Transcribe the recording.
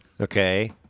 Okay